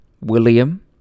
William